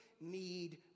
need